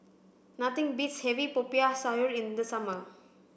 nothing beats having Popiah Sayur in the summer